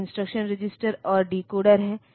एक instruction register और decoder है